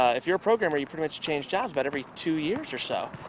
if you're a programmer, you pretty much change jobs about every two years or so.